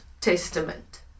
testament